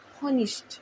punished